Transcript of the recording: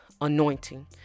anointing